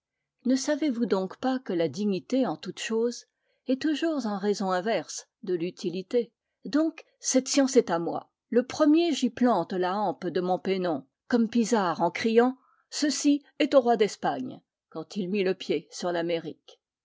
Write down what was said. ne savez-vous donc pas que la dignité en toute chose est toujours en raison inverse de l'utilité donc cette science est à moi le premier j'y plante la hampe de mon pennon comme pizarre en criant ceci est au roi d'espagne quand il mit le pied sur l'amérique